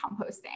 composting